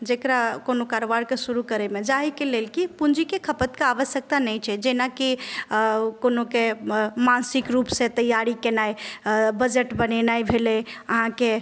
जकरा कोनो कारोबारके शुरू करयमे जाहिके लेल कि पूँजीके खपतके आवश्यकता नहि छै जेना कि कोनोके मानसिक रूपसँ तैयारी केनाइ बजट बनेनाइ भेलय अहाँके